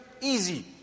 easy